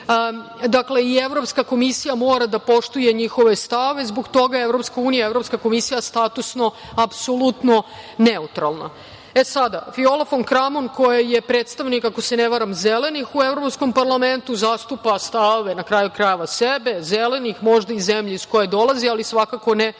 Dakle, Evropska komisija mora da poštuje njihove stavove zbog toga je EU, Evropska komisija statusno apsolutno neutralna. Sada, Viola fon Kramon koja je predstavnik, ako se ne varam, zelenih u Evropskom parlamentu, zastupa stavove, na kraju krajeva, sebe, zelenih, možda i zemlje iz koje dolazi, ali svakako ne EU.